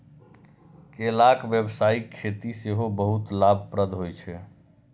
केलाक व्यावसायिक खेती सेहो बहुत लाभप्रद होइ छै